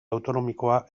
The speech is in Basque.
autonomikoa